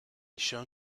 shown